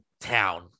town